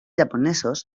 japonesos